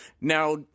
Now